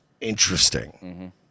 interesting